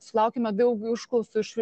sulaukiame daug užklausų iš